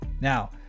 Now